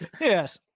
Yes